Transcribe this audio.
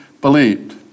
believed